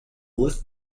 list